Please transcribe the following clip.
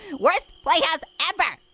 worst playhouse ever!